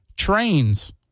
trains